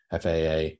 FAA